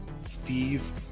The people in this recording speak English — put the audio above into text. Steve